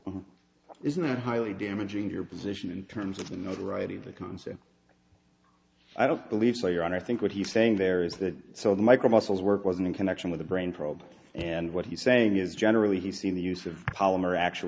work isn't that highly damaging your position in terms of the notoriety of the concept i don't believe so your honor i think what he's saying there is that so the micro muscles work wasn't in connection with the brain probe and what he's saying is generally he's seen the use of polymer actua